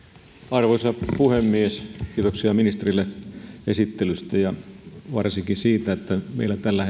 arvoisa puhemies kiitoksia ministerille esittelystä ja varsinkin siitä että meillähän tällä